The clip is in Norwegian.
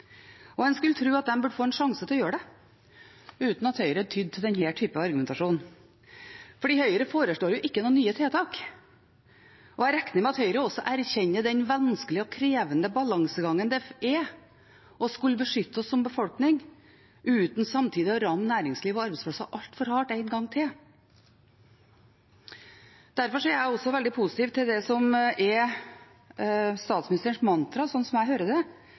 Og en skulle tro de burde få en sjanse til å gjøre det uten at Høyre tydde til denne typen argumentasjon. Høyre foreslår jo ikke noen nye tiltak, og jeg regner med at Høyre også erkjenner den vanskelige og krevende balansegangen det er å skulle beskytte oss som befolkning uten samtidig å ramme næringslivet og arbeidsplasser altfor hardt en gang til. Derfor er jeg også veldig positiv til det som er statsministerens mantra, slik jeg hører det, nemlig at når nesten 90 pst. av den voksne befolkningen er fullvaksinert i Norge, er det